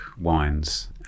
wines